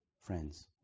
friends